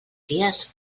dies